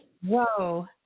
Whoa